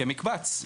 כמקבץ.